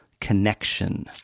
connection